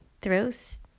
throws